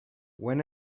when